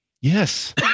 yes